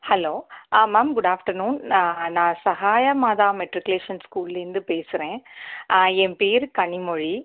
hello ah ma'am good afternoon நான் நான் Sahaya Matha matriculation ஸ்கூலேருந்து பேசுகிறேன் ஆ என் பேர் கனிமொழி